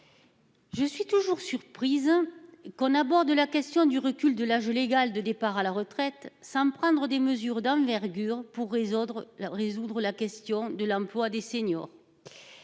Je suis toujours surprise. Qu'on aborde la question du recul de l'âge légal de départ à la retraite sans prendre des mesures d'envergure pour résoudre le résoudre la question de l'emploi des seniors.